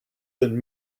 than